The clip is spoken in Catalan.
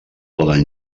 poden